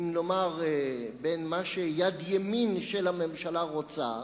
נאמר, בין מה שיד ימין של הממשלה רוצה